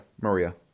Maria